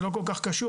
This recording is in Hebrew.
זה לא כל כך קשור,